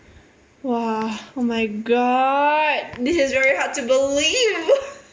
!wah! oh my god this is very hard to believe